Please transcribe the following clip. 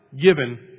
given